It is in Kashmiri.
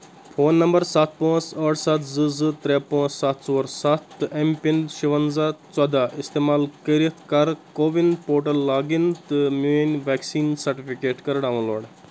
فون نمبر سَتھ پانٛژ ٲٹھ سَتھ زٕ زٕ ترٛےٚ پانٛژ سَتھ ژور سَتھ تہٕ ایم پِن شُوَنٛزاہ ژۄداہ استعمال کٔرِتھ کر کووِن پوٹل لاگ اِن تہٕ میٲنۍ ویکسیٖن سٹِفیکیٹ کر ڈاؤن لوڈ